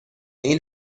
این